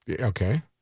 Okay